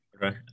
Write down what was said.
Right